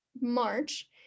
March